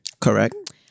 Correct